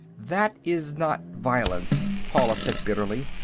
that is not violence, paula said bitterly.